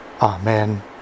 Amen